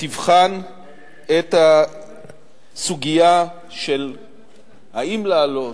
שתבחן את הסוגיה האם להעלות,